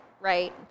right